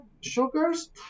sugars